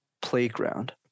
playground